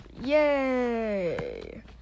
Yay